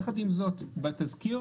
יחד עם זאת, בתזכיר